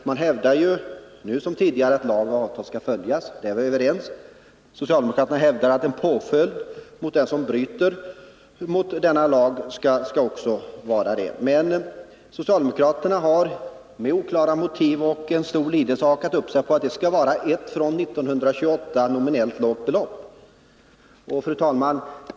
Man hävdar, nu som tidigare, att lag och avtal skall följas — där är vi överens. Socialdemokraterna hävdar också att det skall vara en påföljd för den som bryter mot denna lag. Men socialdemokraterna har, med oklara motiv och en stor lidelse, hakat upp sig på att det skall vara ett nominellt belopp från 1928. Fru talman!